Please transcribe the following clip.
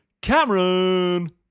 Cameron